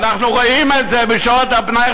ואנחנו רואים את זה בשעות הפנאי,